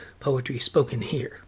poetryspokenhere